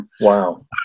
Wow